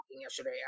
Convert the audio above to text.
yesterday